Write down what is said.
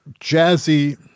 jazzy